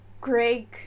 Greg